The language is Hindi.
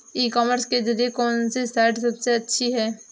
ई कॉमर्स के लिए कौनसी साइट सबसे अच्छी है?